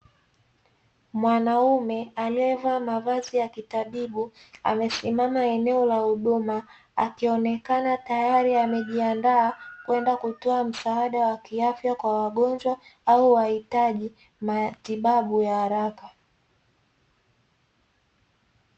Mwanaume aliyevaa mavazi yakitabibu akionekana tayari amejiandaa kwenda kutoa huduma kwa wagonjwa wenye matibabu ya haraka